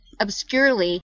obscurely